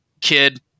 kid